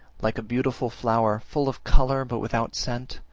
like a beautiful flower, full of colour, but without scent,